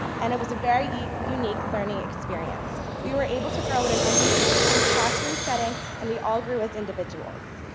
and it was a very unique learning experience. we were able to grow in an unusual kind of classroom setting and we all grew as individuals.